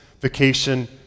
vacation